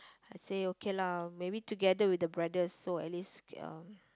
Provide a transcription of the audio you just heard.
okay okay lah maybe together with the brothers so at least ya